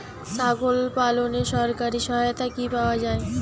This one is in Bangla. ছাগল পালনে সরকারি সহায়তা কি পাওয়া যায়?